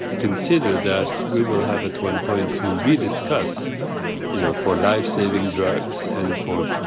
consider that we will have at one point to rediscuss you know for lifesaving drugs and for